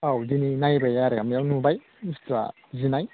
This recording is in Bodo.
औ दिनै नायबाय आरो बेयाव नुबाय बुस्थुआ जिनाय